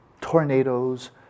tornadoes